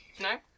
No